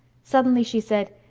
suddenly she said,